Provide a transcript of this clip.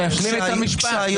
שישלים את המשפט.